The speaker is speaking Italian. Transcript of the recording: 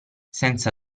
senza